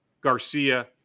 Garcia